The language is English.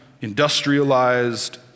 industrialized